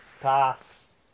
Pass